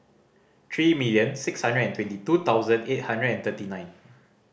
three million six hundred and twenty two thousand eight hundred and thirty nine